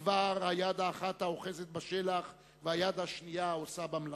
בדבר היד האחת "האוחזת בשלח" והיד השנייה "העושה במלאכה".